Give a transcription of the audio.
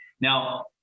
now